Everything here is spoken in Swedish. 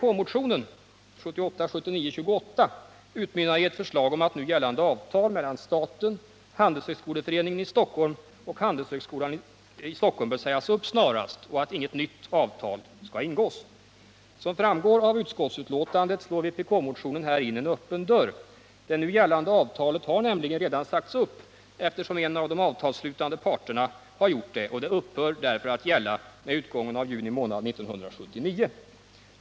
Vpk-motionen 1978/79:28 utmynnar i ett förslag om att nu gällande avtal mellan staten, Handelshögskoleföreningen i Stockholm och Handelshögskolan i Stockholm bör sägas upp snarast och inget nytt avtal ingås. Som framgår av utskottsbetänkandet slår vpk-motionen här in en öppen dörr. Det nu gällande avtalet har redan sagts upp av en av de avtalsslutande parterna och upphör därför att gälla med utgången av juni månad 1979.